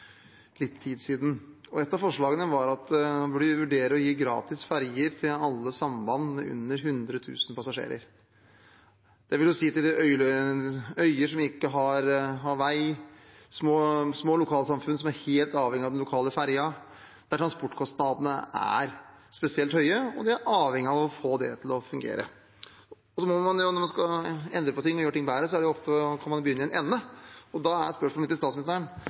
Et av de forslagene var at man burde vurdere gratis ferjer på alle samband med under 100 000 passasjerer. Det vil si til øyer som ikke har vei, små lokalsamfunn som er helt avhengige av den lokale ferjen, der transportkostnadene er spesielt høye, og de er avhengige av å få det til å fungere. Når man skal endre på ting og gjøre ting bedre, må man jo begynne i en ende, og da er spørsmålet mitt til statsministeren: